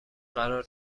قرار